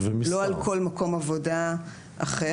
לא על כל מקום עבודה אחר.